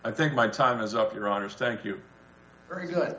i think my time is up your honor thank you very good